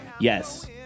Yes